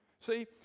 See